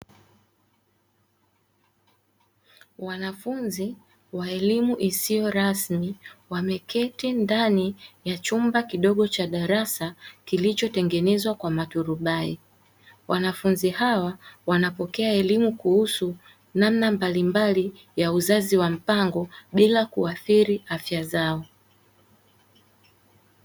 Wananfunzi wa elimu isiyo rasmi wameketi ndani ya chumba kidogo cha darasa kilichotengenezwa kwa maturubai, wanafunzi hawa wanapokea elimu kuhusu namna mbalimbali ya uzazi wa mpango bila kuathiri afya zao.